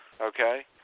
okay